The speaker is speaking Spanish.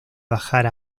bajar